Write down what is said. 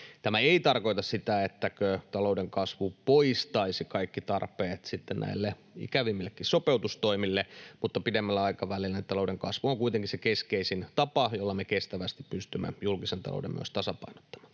Tämä ei tarkoita sitä, että talouden kasvu poistaisi kaikki tarpeet sitten näille ikävimillekin sopeutustoimille, mutta pidemmällä aikavälillä talouden kasvu on kuitenkin se keskeisin tapa, jolla me kestävästi pystymme julkisen talouden myös tasapainottamaan.